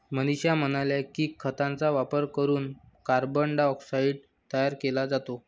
मनीषा म्हणाल्या की, खतांचा वापर करून कार्बन डायऑक्साईड तयार केला जातो